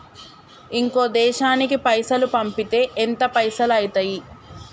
ఇంకో దేశానికి పైసల్ పంపితే ఎంత పైసలు అయితయి?